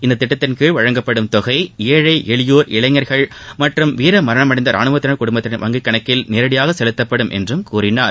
இத்திட்டத்தின்கீழ் வழங்கப்படும் தொகை ஏழை எளியோர் இளைஞர்கள் மற்றும் வீரமரணமடைந்த ராணுவத்தினர் குடும்பத்தினரின் வங்கிக்கணக்கில் நேரடியாக செலுத்தப்படும் என்றும் கூறினார்